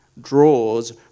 draws